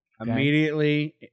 Immediately